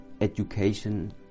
education